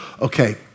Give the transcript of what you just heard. Okay